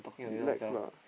relax lah